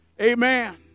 Amen